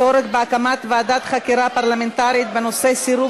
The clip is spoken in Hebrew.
הצורך בהקמת ועדת חקירה פרלמנטרית בנושא: סירוב